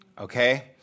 okay